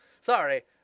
sorry